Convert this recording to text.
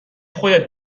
خودت